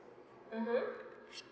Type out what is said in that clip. mmhmm